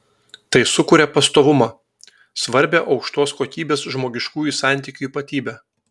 tai sukuria pastovumą svarbią aukštos kokybės žmogiškųjų santykių ypatybę